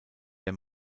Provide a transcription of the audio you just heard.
der